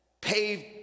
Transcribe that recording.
paved